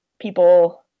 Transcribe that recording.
people